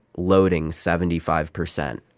loading, seventy five percent.